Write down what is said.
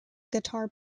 guitar